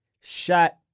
shot